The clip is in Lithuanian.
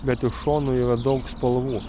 bet iš šonų yra daug spalvų